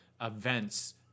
events